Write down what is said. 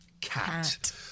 cat